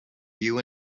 you